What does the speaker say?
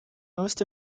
most